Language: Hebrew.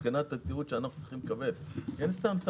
מה שהבנו ממשרד התחבורה זה שחשיבות התיעוד שלהם אלה אירועים